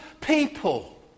people